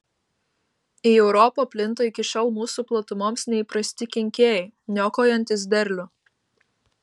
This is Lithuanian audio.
į europą plinta iki šiol mūsų platumoms neįprasti kenkėjai niokojantys derlių